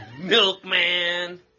Milkman